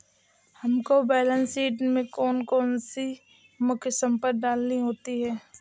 हमको balance sheet में कौन कौन सी मुख्य संपत्ति डालनी होती है?